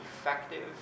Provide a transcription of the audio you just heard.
effective